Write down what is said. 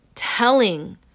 Telling